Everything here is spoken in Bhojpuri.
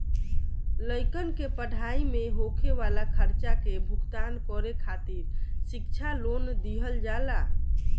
लइकन के पढ़ाई में होखे वाला खर्चा के भुगतान करे खातिर शिक्षा लोन दिहल जाला